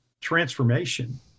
transformation